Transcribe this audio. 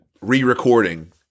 re-recording